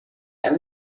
and